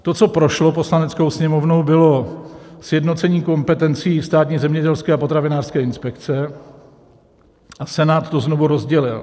To, co prošlo Poslaneckou sněmovnou, bylo sjednocení kompetencí Státní zemědělské a potravinářské inspekce, a Senát to znovu rozdělil.